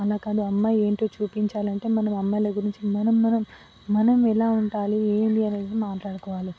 అలా కాదు అమ్మాయి ఏంటో చూపించాలంటే మనం అమ్మాయిల గురించి మనం మనం మనం ఎలా ఉండాలి ఏంటి అనేది మాట్లాడుకోవాలి